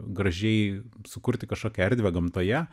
gražiai sukurti kažkokią erdvę gamtoje